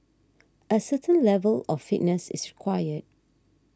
a certain level of fitness is required